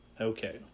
Okay